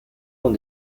ont